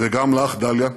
וגם לך, דליה,